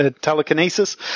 telekinesis